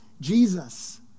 Jesus